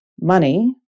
money